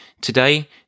Today